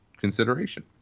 consideration